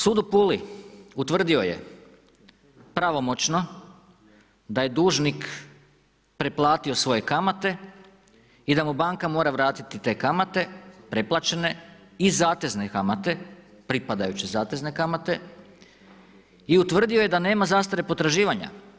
Sud u Puli utvrdio je pravomoćno da je dužnik pretplatio svoje kamate i da mu banka mora vratiti te kamate i zatezne kamate, pripadajuće zatezne kamate i utvrdio je da nema zastare potraživanja.